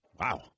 Wow